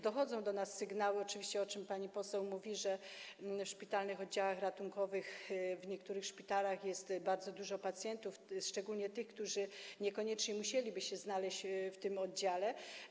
Dochodzą do nas oczywiście sygnały, o czym pani poseł mówi, że w szpitalnych oddziałach ratunkowych w niektórych szpitalach jest bardzo dużo pacjentów, szczególnie tych, którzy niekoniecznie musieliby znaleźć się w tym oddziale.